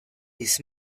this